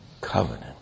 covenant